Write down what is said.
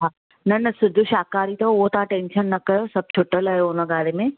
हा न न शुद्ध शाकाहारी अथव उहो तव्हां टेंशन न कयो सभु छुटल आहियो उन बारे में